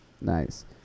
Nice